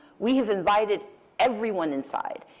we have invited everyone inside.